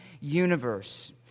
universe